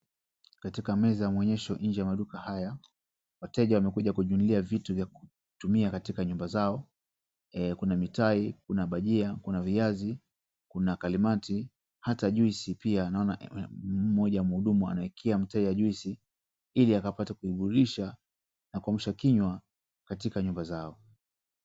Katika meza ya maonyesho nje maduka haya, wateja wamekuja kujinunulia vitu vya kutumia katika nyumba zao. Kuna mitai na bajia kuna viazi, kuna kaimati. Hata juisi pia naona mmoja mhudumu anawekea mteja juisi ili akapate kujiburudisha na kuamsha kinywa katika nyumba zao.